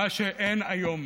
מה שאין היום,